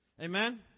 amen